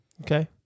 Okay